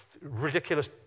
ridiculous